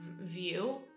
view